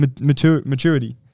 maturity